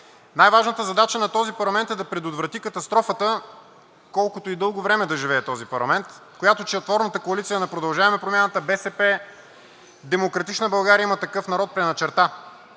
Най-важната задача на този парламент е да предотврати катастрофата, колкото и дълго време да живее този парламент, която четворната коалиция на „Продължаваме Промяната“, БСП, „Демократична България“, „Има такъв народ“ предначерта.